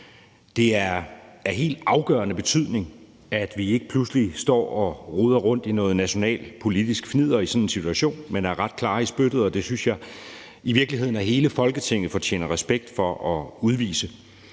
Det er af helt afgørende betydning, at vi ikke pludselig står og roder rundt i noget nationalpolitisk fnidder i sådan en situation, men er ret klare i spyttet, og det synes jeg i virkeligheden at hele Folketinget fortjener respekt for at udvise.